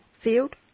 field